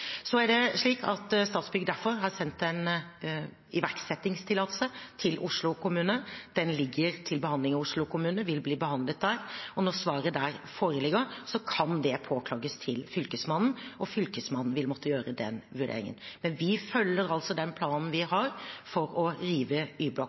Så det foreligger en gyldig rivingstillatelse. Statsbygg har derfor sendt en iverksettingstillatelse til Oslo kommune. Den ligger til behandling i Oslo kommune og vil bli behandlet der. Når svaret foreligger der, kan det påklages til Fylkesmannen, og Fylkesmannen vil måtte gjøre den vurderingen. Men vi følger altså den planen vi